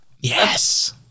yes